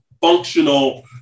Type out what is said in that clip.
functional